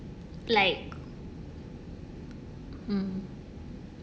like mm